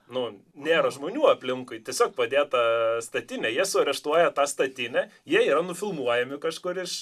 nu nėra žmonių aplinkui tiesiog padėta statinė jie suareštuoja tą statinę jie yra nufilmuojami kažkur iš